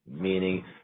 meaning